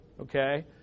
Okay